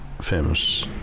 famous